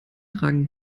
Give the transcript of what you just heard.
tragen